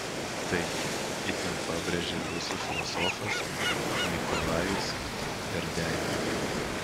tai itin pabrėžė rusų filosofas nikolajus berdiajevas